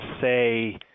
say